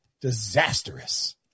disastrous